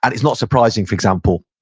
and it's not surprising, for example,